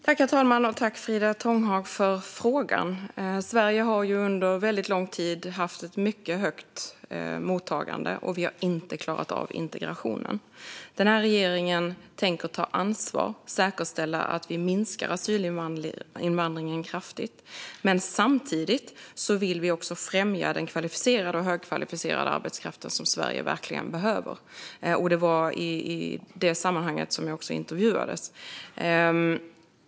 Herr talman! Tack, Frida Tånghag, för frågan! Sverige har under väldigt lång tid haft ett mycket stort mottagande, och vi har inte klarat av integrationen. Denna regering tänker ta ansvar och säkerställa att vi kraftigt minskar asylinvandringen. Men samtidigt vill vi främja den kvalificerade och högkvalificerade arbetskraft som Sverige verkligen behöver. Det var i det sammanhanget som jag intervjuades.